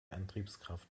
antriebskraft